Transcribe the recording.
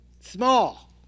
small